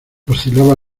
oscilaba